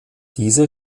diese